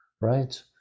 Right